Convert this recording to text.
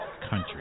country